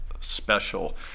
special